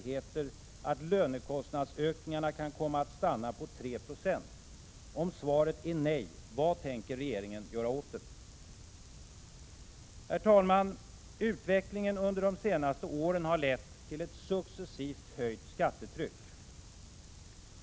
Herr talman! Utvecklingen under de senaste åren har lett till ett successivt höjt skattetryck.